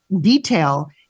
detail